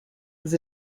was